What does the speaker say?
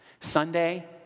Sunday